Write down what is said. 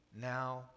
now